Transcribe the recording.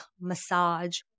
massage